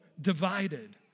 divided